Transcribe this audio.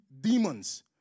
demons